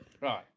Right